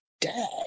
dad